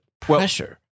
pressure